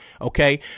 Okay